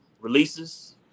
releases